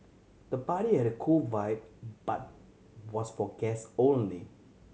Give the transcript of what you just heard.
the party had a cool vibe but was for guest only